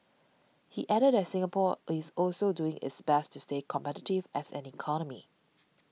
he added that Singapore is also doing its best to stay competitive as an economy